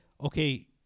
okay